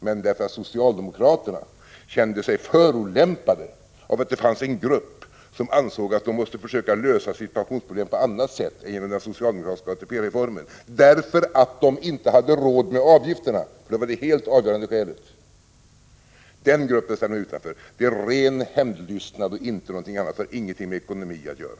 Men socialdemokraterna kände sig förolämpade av att det fanns en grupp människor som ansåg att de måste försöka lösa sitt pensionsproblem på annat sätt än genom den socialdemokratiska ATP-reformen därför att de inte hade råd med avgifterna — det var det helt avgörande skälet. Den gruppen ställer man utanför. Det är ren hämndlystnad och inte något annat. Det har ingenting med ekonomi att göra.